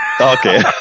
Okay